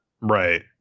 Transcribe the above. right